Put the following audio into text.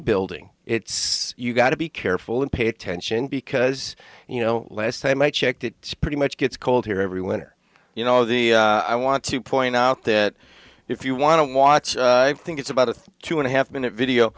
building it's you got to be careful and pay attention because you know last time i checked it pretty much gets cold here every winter you know the i want to point out that if you want to watch think it's about a two and a half minute video